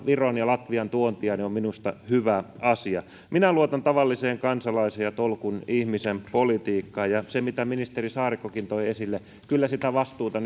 viron ja latvian tuontia on minusta hyvä asia minä luotan tavalliseen kansalaiseen ja tolkun ihmisen politiikkaan mitä ministeri saarikkokin toi esille kyllä sitä vastuuta